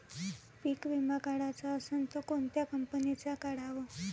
पीक विमा काढाचा असन त कोनत्या कंपनीचा काढाव?